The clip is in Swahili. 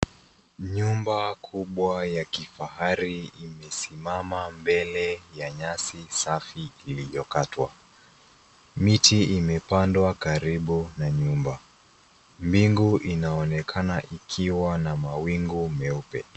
Nyumba kubwa ya kifahari imesimama mbele ya nyasi safi iliyokatwa. Miti imepandwa karibu na nyumba. Mbingu inaonekana ikiwa na mawingu meupe.